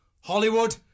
Hollywood